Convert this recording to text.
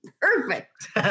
Perfect